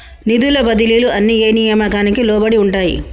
నిధుల బదిలీలు అన్ని ఏ నియామకానికి లోబడి ఉంటాయి?